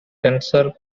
tensor